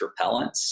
repellents